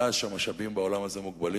מאז שהמשאבים בעולם הזה מוגבלים,